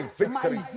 victory